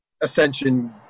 Ascension